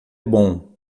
bom